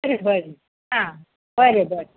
बरें बरें आं बरें बरें